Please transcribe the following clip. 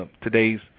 today's